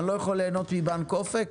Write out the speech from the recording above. ליהנות מבנק אופק?